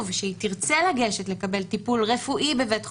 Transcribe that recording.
שהיא תרצה לגשת לקבל טיפול רפואי בבית חולים,